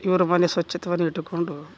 ಇವರ ಮನೆ ಸ್ವಚ್ಛತೆಯನ್ನ ಇಟ್ಟುಕೊಂಡು